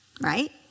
Right